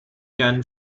can